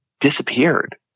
disappeared